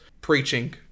preaching